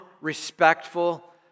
respectful